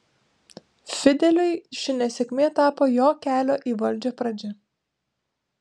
fideliui ši nesėkmė tapo jo kelio į valdžią pradžia